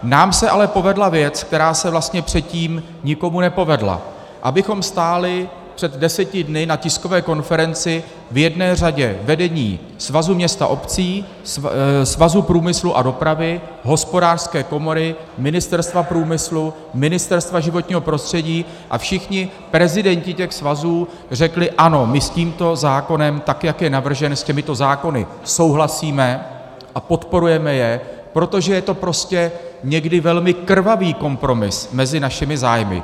Nám se ale povedla věc, která se vlastně předtím nikomu nepovedla, abychom stáli před deseti dny na tiskové konferenci v jedné řadě vedení Svazu měst a obcí, Svazu průmyslu a dopravy, Hospodářské komory, Ministerstva průmyslu, Ministerstva životního prostředí, a všichni prezidenti těch svazů řekli ano, my s těmito zákony, jak jsou navrženy, souhlasíme a podporujeme je, protože je to prostě někdy velmi krvavý kompromis mezi našimi zájmy.